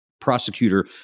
prosecutor